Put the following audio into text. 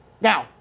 Now